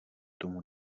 tomu